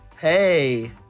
Hey